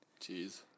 Jeez